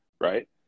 right